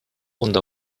und